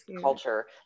culture